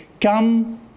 come